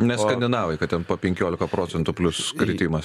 ne skandinavai kad ten po penkioliką procentų plius kritimas